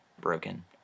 broken